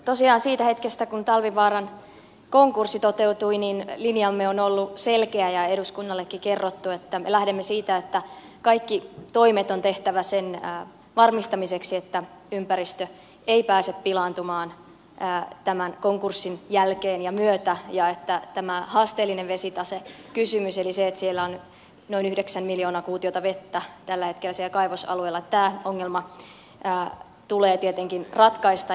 tosiaan siitä hetkestä kun talvivaaran konkurssi toteutui linjamme on ollut selkeä ja eduskunnallekin kerrottu että me lähdemme siitä että kaikki toimet on tehtävä sen varmistamiseksi että ympäristö ei pääse pilaantumaan tämän konkurssin jälkeen ja myötä ja että tämä haasteellinen vesitasekysymys eli se että siellä on noin yhdeksän miljoonaa kuutiota vettä tällä hetkellä siellä kaivosalueella tämä ongelma tulee tietenkin ratkaista